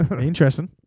Interesting